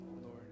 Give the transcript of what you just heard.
Lord